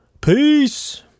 Peace